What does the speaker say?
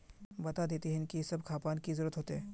बता देतहिन की सब खापान की जरूरत होते?